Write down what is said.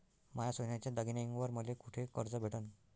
माया सोन्याच्या दागिन्यांइवर मले कुठे कर्ज भेटन?